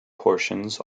portions